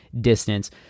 distance